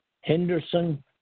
Henderson